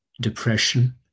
depression